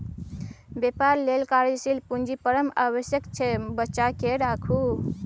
बेपार लेल कार्यशील पूंजी परम आवश्यक छै बचाकेँ राखू